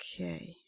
Okay